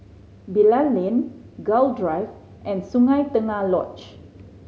Bilal Lane Gul Drive and Sungei Tengah Lodge